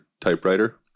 typewriter